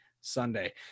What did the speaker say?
Sunday